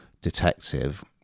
detective